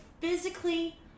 physically